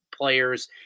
players